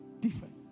different